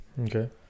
okay